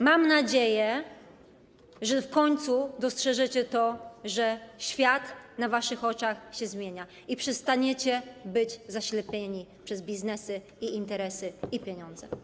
Mam nadzieję, że w końcu dostrzeżecie to, że świat na waszych oczach się zmienia i przestaniecie być zaślepieni przez biznesy, interesy i pieniądze.